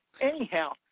anyhow